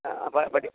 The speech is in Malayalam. പ പറ്റും